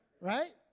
Right